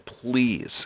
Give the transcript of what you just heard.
please